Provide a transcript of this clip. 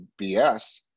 BS